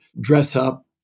dress-up